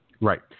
Right